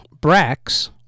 Brax